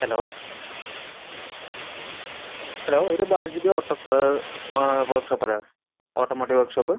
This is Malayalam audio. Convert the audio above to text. ഹലോ ഹലോ ഇത് ബാജുബി ഓട്ടോഫ് മ വർക്ക് ഷോപ്പല്ലേ ഓട്ടോമോട്ടീവ് വർക്ക് ഷോപ്പ്